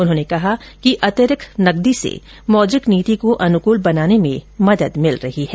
उन्होंने कहा कि अतिरिक्त नगदी से मौद्रिक नीति को अनुकूल बनाने में मदद मिल रही है